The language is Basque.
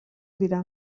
dira